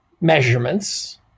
measurements